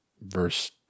verse